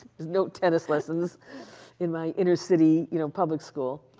there's no tennis lessons in my inner city, you know, public school.